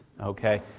okay